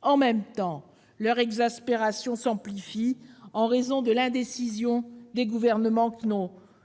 en même temps, leur exaspération s'amplifie, en raison de l'indécision des gouvernements